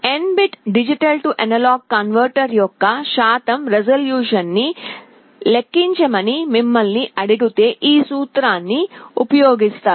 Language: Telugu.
N bit D A converter యొక్క శాతం రిజల్యూషన్ను లెక్కించమని మిమ్మల్ని అడిగితే ఈ సూత్రాన్ని ఉపయోగిస్తారు